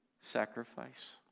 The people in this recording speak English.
sacrifice